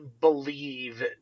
believe